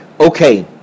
Okay